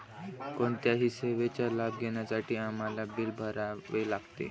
कोणत्याही सेवेचा लाभ घेण्यासाठी आम्हाला बिल भरावे लागते